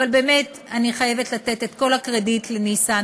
אבל באמת אני חייבת לתת את כל הקרדיט לניסן